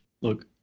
Look